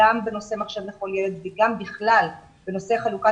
גם בנושא מחשב לכל ילד וגם בכלל בנושא חלוקת